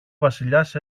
βασιλιάς